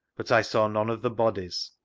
but i saw none of the bodies.